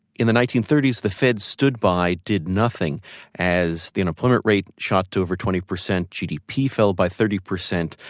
in the nineteen thirty s, the fed stood by, did nothing as the unemployment rate shot to over twenty percent, gdp fell by thirty percent,